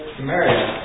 Samaria